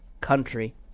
country